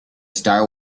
star